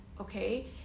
Okay